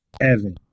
Evan